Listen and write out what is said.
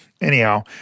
Anyhow